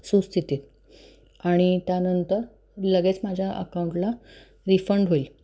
सुस्थितीत आणि त्यानंतर लगेच माझ्या अकाउंटला रिफंड होईल